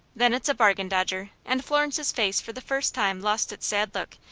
then it's a bargain, dodger, and florence's face for the first time lost its sad look,